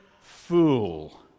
fool